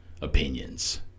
opinions